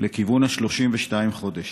לכיוון ה-32 חודשים.